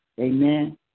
Amen